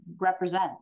represent